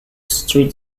street